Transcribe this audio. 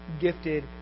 gifted